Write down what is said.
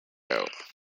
out